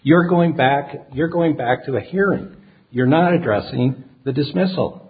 you're going back you're going back to a hearing you're not addressing the dismiss